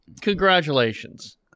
Congratulations